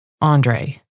Andre